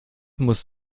musst